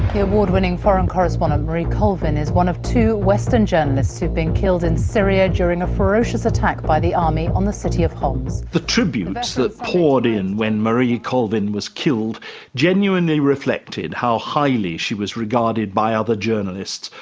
the award-winning foreign correspondent marie colvin is one of two western journalists who've been killed in syria during a ferocious attack by the army on the city of homs, john simpson the tributes that poured in when marie colvin was killed genuinely reflected how highly she was regarded by other journalists,